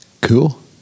cool